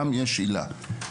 בכל הרשויות החרדיות יש היל"ה.